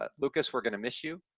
ah lucas, we're going to miss you.